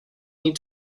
need